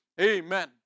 Amen